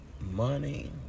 money